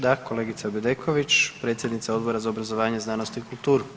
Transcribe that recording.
Da, kolegica Bedeković predsjednica Odbora za obrazovanje, znanost i kulturu.